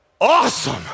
awesome